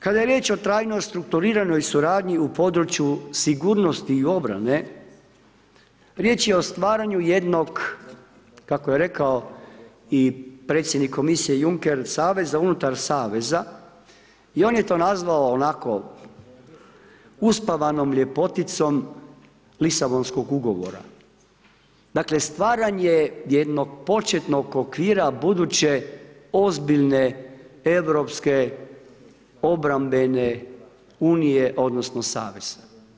Kada je riječ o trajnoj strukturiranoj suradnji u području sigurnosti i obrane riječ je o stvaranju jednog kako je rekao i predsjednik Komisije Juncker savez unutar saveza i on je to nazvao onako uspavanom ljepoticom Lisabonskog ugovora dakle stvaranje jednog početnog okvira buduće ozbiljne europske obrambene Unije odnosno saveza.